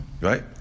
right